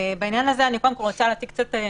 בעניין הזה אני רוצה להציג נתונים.